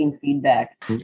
feedback